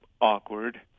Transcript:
awkward